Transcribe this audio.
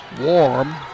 Warm